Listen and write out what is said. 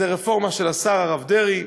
זו רפורמה של השר הרב דרעי,